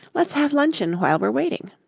let's have luncheon while we're waiting.